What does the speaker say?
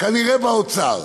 כנראה באוצר.